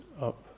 up